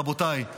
רבותיי,